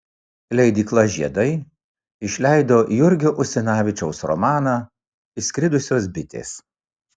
leidykla žiedai išleido jurgio usinavičiaus romaną išskridusios bitės